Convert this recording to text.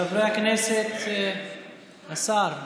חברי הכנסת, השר אקוניס,